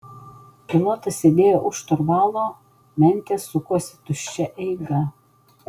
pilotas sėdėjo už šturvalo mentės sukosi tuščia eiga